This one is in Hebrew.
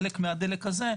חלק מהדלק הזה,